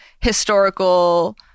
historical